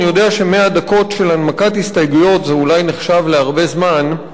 אני יודע ש-100 דקות של הנמקת הסתייגויות זה אולי נחשב להרבה זמן,